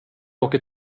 åker